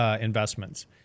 Investments